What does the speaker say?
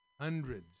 Hundreds